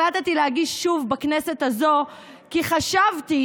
החלטתי להגיש שוב בכנסת הזו כי חשבתי